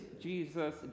Jesus